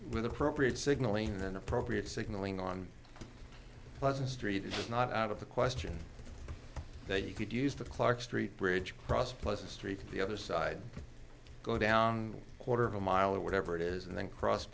with appropriate signalling and appropriate signalling on pleasant street is not out of the question that you could use the clark street bridge across a pleasant street the other side go down quarter of a mile or whatever it is and then cross